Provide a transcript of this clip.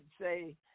say